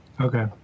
Okay